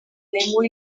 lengua